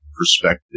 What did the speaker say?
perspective